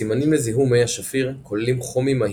סימנים לזיהום מי השפיר כוללים חום אימהי,